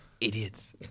Idiots